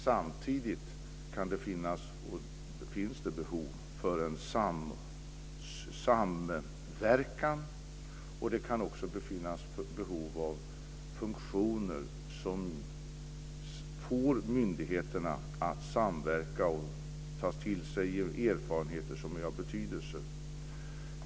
Samtidigt finns det behov av en samverkan. Det kan också finnas behov av funktioner som får myndigheterna att samverka och ta till sig erfarenheter som är av betydelse.